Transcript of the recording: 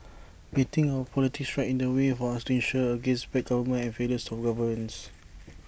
getting our politics right in the way for us to insure against bad government and failures of governance